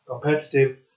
competitive